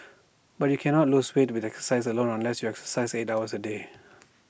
but you cannot lose weight with exercise alone unless you exercise eight hours A day